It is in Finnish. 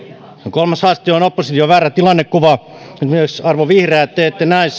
kolmas haaste on opposition väärä tilannekuva ja myös te arvon vihreät ette näe